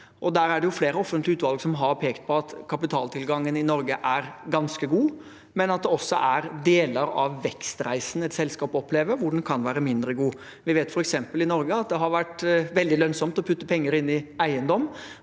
Der er det flere offentlige utvalg som har pekt på at kapitaltilgangen i Norge er ganske god, men at den også i deler av vekstreisen et selskap opplever, kan være mindre god. Vi vet f.eks. at det i Norge har vært veldig lønnsomt å putte penger inn i eiendom.